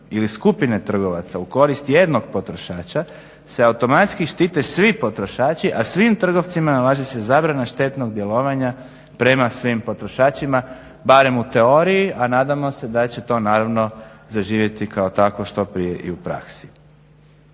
ili skupine trgovaca u korist jednog potrošača se automatski štite svi potrošači, a svim trgovcima nalaže se zabrana štetnog djelovanja prema svim potrošačima barem u teoriji, a nadamo se da će to naravno zaživjeti kako takvo što prije i u praksi.